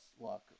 luck